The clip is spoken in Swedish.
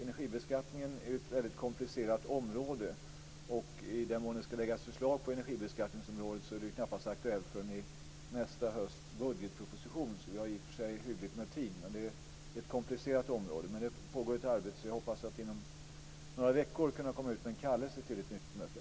Energibeskattningen är ett väldigt komplicerat område, och i den mån det ska läggas förslag på energibeskattningsområdet är det knappast aktuellt förrän i nästa hösts budgetproposition. Vi har i och för sig hyggligt med tid. Det är ett komplicerat område. Det pågår ett arbete, så jag hoppas att inom några veckor kunna komma ut med en kallelse till ett nytt möte.